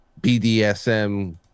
BDSM